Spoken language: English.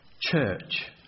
church